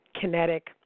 Kinetic